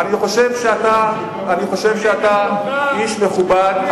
אני חושב שאתה איש מכובד,